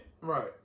Right